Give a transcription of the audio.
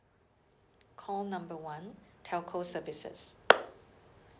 call number one telco services